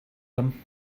them